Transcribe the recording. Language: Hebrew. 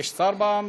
יש שר במליאה?